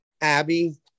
Abby